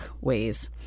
ways